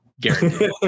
Guaranteed